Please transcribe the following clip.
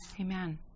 Amen